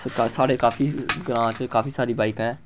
साढ़े काफी ग्रांऽ च काफी सारी बाइक ऐं